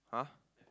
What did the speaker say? !huh!